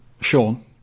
Sean